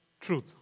truth